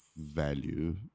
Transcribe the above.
value